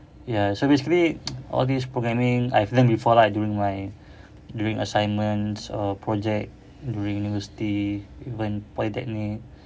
ya so basically all these programming I've learnt before lah during my during assignments or project during university when polytechnic